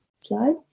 Slide